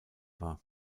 war